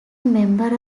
member